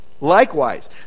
Likewise